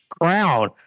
crown